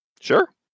sure